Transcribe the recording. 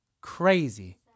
Crazy